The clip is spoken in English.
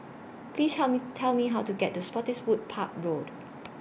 Please Tell Me Tell Me How to get to Spottiswoode Park Road